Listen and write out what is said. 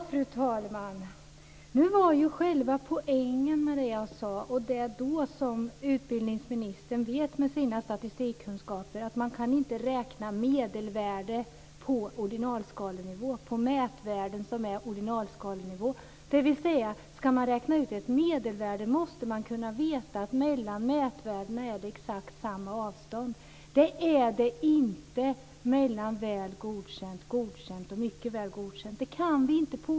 Fru talman! Nu var ju själva poängen med det som jag sade, vilket utbildningsministern med sina statistikkunskaper vet, att man inte kan beräkna medelvärden på mätvärden som är på ordinalskalenivå, dvs. att om man ska räkna ut ett medelvärde måste man kunna veta att det är exakt samma avstånd mellan mätvärdena. Det är det inte mellan betygen Väl godkänd, Godkänd och Mycket väl godkänd.